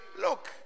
look